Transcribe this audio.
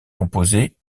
composé